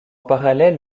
parallèle